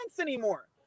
anymore